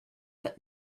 but